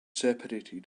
separated